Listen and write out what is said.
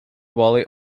wholly